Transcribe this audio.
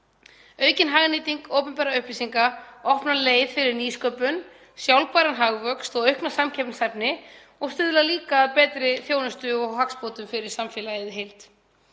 Aukin hagnýting opinberra upplýsinga opnar leið fyrir nýsköpun, sjálfbæran hagvöxt og aukna samkeppnishæfni og stuðlar líka að betri þjónustu og hagsbótum fyrir samfélagið í heild.